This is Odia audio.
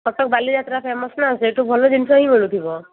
କଟକ ବାଲି ଯାତ୍ରା ଫେମସ ନା ସେଇଠୁ ଭଲ ଜିନିଷ ହିଁ ମିଳୁଥିବ